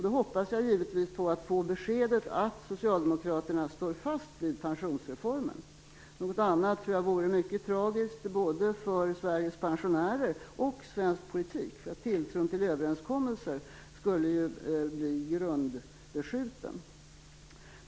Då hoppas jag givetvis på att få beskedet att Socialdemokraterna står fast vid pensionsreformen. Något annat vore mycket tragiskt både för Sveriges pensionärer och för svensk politik, för tilltron till överenskommelser skulle ju bli grundligt beskjuten.